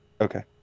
Okay